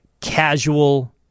casual